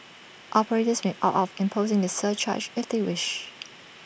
operators may opt out of imposing this surcharge if they wish